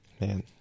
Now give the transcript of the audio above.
Man